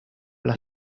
alla